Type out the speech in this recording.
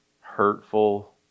hurtful